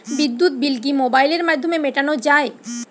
বিদ্যুৎ বিল কি মোবাইলের মাধ্যমে মেটানো য়ায়?